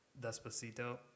Despacito